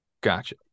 Gotcha